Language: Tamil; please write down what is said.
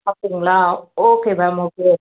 அப்படிங்களா ஓகே மேம் ஓகே